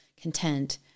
content